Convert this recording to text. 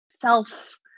self